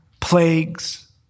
plagues